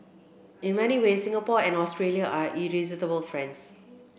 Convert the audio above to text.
in many ways Singapore and Australia are irresistible friends